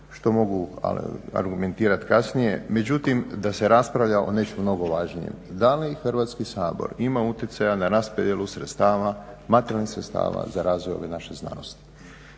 što mogu argumentirati kasnije. Međutim, da se raspravlja o nečem mnogo važnijem. Da li Hrvatski sabor ima utjecaja na raspodjelu sredstava, materijalnih sredstava za razvoj ove naše znanosti,